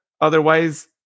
Otherwise